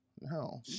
No